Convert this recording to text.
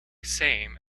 same